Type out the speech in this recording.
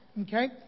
Okay